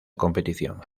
competición